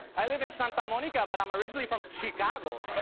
i live in santa monica but i'm originally from chicago.